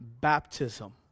baptism